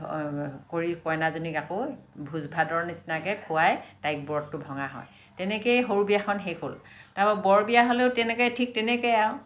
কৰি কইনাজনীক আকৌ ভোজ ভাতৰ নিচিনাকৈ খুৱাই তাইক ব্ৰতটো ভঙা হয় তেনেকৈ সৰু বিয়াখন শেষ হ'ল তাৰ পৰা বৰ বিয়া হ'লেও তেনেকৈ ঠিক তেনেকৈ আৰু